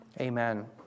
Amen